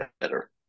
better